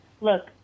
look